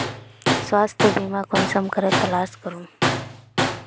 स्वास्थ्य बीमा कुंसम करे तलाश करूम?